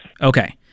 Okay